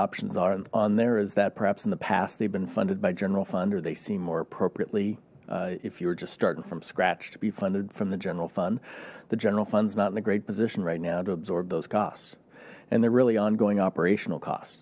options are on there is that perhaps in the past they've been funded by general fund or they seem more appropriately if you're just starting from to be funded from the general fund the general fund is not in a great position right now to absorb those costs and they're really ongoing operational cost